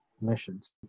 missions